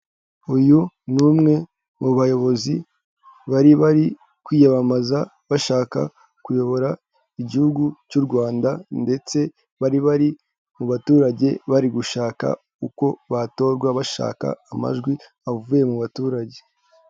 Uyu ni umwe mu bayobozi bari bari kwiyamamaza bashaka kuyobora igihugu cy'u Rwanda, ndetse bari bari mu baturage, bari gushaka uko batorwa bashaka amajwi avuye mu baturage.